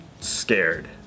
scared